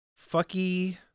fucky